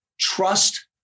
Trust